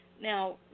Now